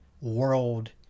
world